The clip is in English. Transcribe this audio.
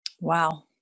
Wow